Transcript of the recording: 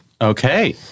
Okay